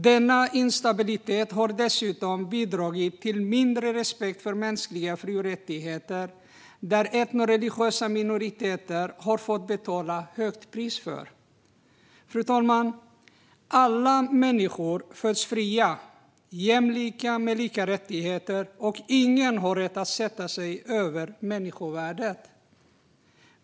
Denna instabilitet har dessutom bidragit till mindre respekt för mänskliga fri och rättigheter, vilket etnoreligiösa minoriteter har fått betala ett högt pris för. Fru talman! Alla människor föds fria och jämlika med lika rättigheter, och ingen har rätt att sätta sig över människovärdet.